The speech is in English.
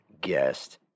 guest